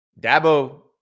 Dabo